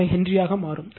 05 Henry ஆக மாறும்